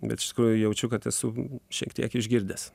bet iš tikrųjų jaučiu kad esu šiek tiek išgirdęs